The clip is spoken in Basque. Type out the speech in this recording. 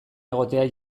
egotea